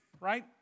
right